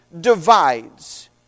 divides